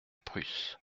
prusse